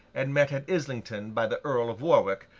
and met at islington by the earl of warwick,